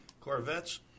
Corvettes